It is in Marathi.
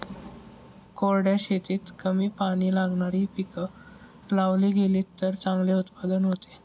कोरड्या शेतीत कमी पाणी लागणारी पिकं लावली गेलीत तर चांगले उत्पादन होते